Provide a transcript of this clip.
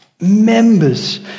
members